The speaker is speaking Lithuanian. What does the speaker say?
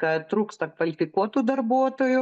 kad trūksta kvalifikuotų darbuotojų